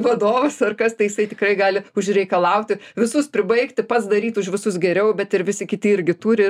vadovas ar kas tai jisai tikrai gali užreikalauti visus pribaigti pats daryt už visus geriau bet ir visi kiti irgi turi